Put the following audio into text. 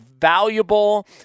valuable